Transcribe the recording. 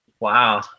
wow